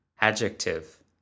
adjective